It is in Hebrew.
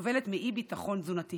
שסובלת מאי-ביטחון תזונתי